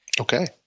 Okay